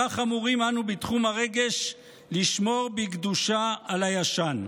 כך אמורים אנו בתחום הרגש לשמור בקדושה על הישן".